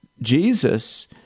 Jesus